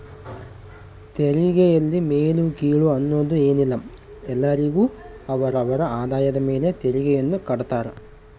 ತೆರಿಗೆಯಲ್ಲಿ ಮೇಲು ಕೀಳು ಅನ್ನೋದ್ ಏನಿಲ್ಲ ಎಲ್ಲರಿಗು ಅವರ ಅವರ ಆದಾಯದ ಮೇಲೆ ತೆರಿಗೆಯನ್ನ ಕಡ್ತಾರ